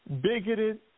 bigoted